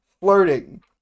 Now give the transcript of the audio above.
flirting